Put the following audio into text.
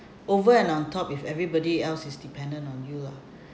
over and on top if everybody else is dependent on you lah